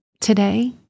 today